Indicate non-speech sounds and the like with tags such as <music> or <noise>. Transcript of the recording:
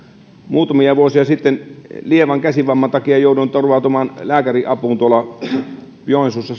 muutamia vuosia sitten lievän käsivamman takia jouduin turvautumaan lääkärin apuun joensuussa <unintelligible>